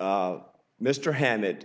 state